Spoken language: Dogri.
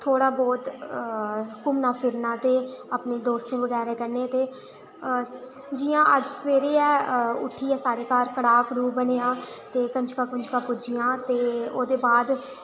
थोह्ड़ा बहुत घूमना फिरना ते अपने दोस्तें बगैरा कन्नै ते जि'यां अज्ज सवेरै उठियै सारे घर च कढ़ा कढ़ू बनेआ ते कंजकां कूजकां पूज्जियां ते ओह्दे बा'द